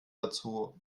dazu